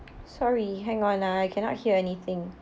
sorry hang on ah I cannot hear anything